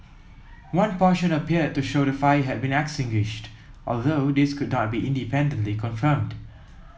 one portion appeared to show the fire had been extinguished although this could not be independently confirmed